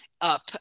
up